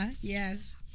Yes